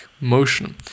motion